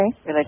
okay